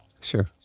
Sure